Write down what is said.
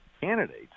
candidates